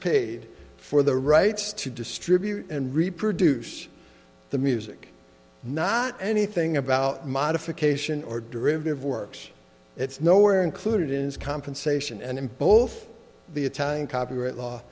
paid for the rights to distribute and reproduce the music not anything about modification or derivative works it's nowhere included in his compensation and in both the italian copyright law